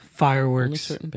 Fireworks